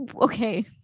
Okay